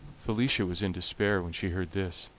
felicia was in despair when she heard this,